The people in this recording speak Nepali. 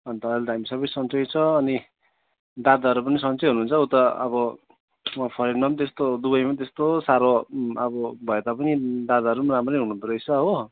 अन्त अहिले त हामी सबै सन्चै छ अनि दादाहरू पनि सन्चै हुनुहुन्छ उता अब उहाँ फरेनमा पनि त्यस्तो दुबईमा पनि त्यस्तो साह्रो अब भए तापनि दादाहरू पनि राम्रै हुनुहुँदो रहेछ हो